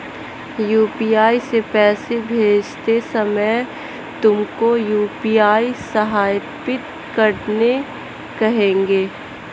UPI से पैसे भेजते समय तुमको यू.पी.आई सत्यापित करने कहेगा